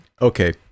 Okay